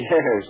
Yes